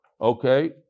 Okay